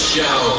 Show